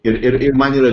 ir ir ir man yra